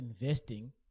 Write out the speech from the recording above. investing